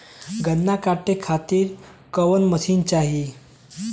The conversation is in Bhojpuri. गन्ना कांटेके खातीर कवन मशीन चाही?